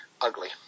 ugly